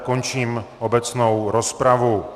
Končím obecnou rozpravu.